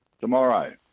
Tomorrow